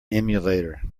emulator